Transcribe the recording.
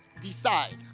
Decide